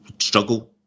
struggle